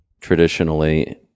traditionally